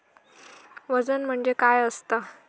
वजन म्हणजे काय असता?